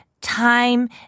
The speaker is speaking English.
Time